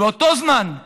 ובאותו זמן,